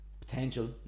potential